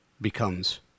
becomes